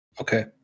Okay